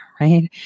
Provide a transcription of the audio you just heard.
right